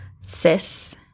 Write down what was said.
cis